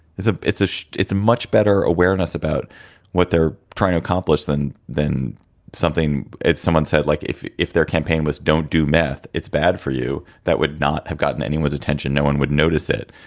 it's a it's a it's a much better awareness about what they're trying to accomplish than than something. it's someone said like if if their campaign was don't do meth, it's bad for you. that would not have gotten anyone's attention. no one would notice it.